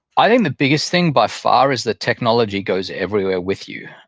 i think the biggest thing by far is the technology goes everywhere with you.